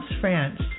France